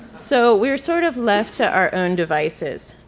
so we were sort of left to our own devices.